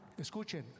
Escuchen